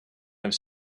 have